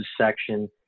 section